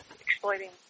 exploiting